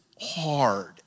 hard